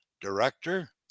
director